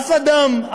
אף אדם,